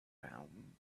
round